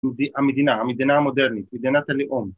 המדינה, המדינה המודרנית, מדינת הלאום